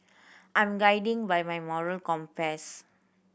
I'm guided by my moral compass